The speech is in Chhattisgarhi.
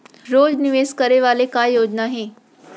रोज निवेश करे वाला का योजना हे?